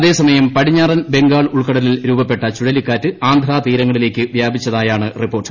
അതേസമയം പടിഞ്ഞ്റൻ ബംഗാൾ ഉൾക്കടലിൽ രൂപപ്പെട്ട ചുഴലിക്കാറ്റ് ആന്ധ്രാ തീരങ്ങളിലേക്ക് വ്യാപിച്ചതായാണ് റിപ്പോർട്ട്